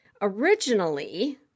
Originally